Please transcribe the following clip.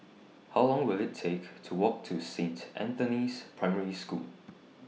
How Long Will IT Take to Walk to Saint Anthony's Primary School